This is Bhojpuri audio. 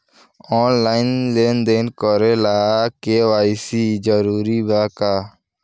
आनलाइन लेन देन करे ला के.वाइ.सी जरूरी बा का?